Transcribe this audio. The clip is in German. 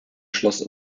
schloss